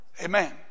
Amen